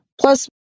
Plus